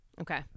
Okay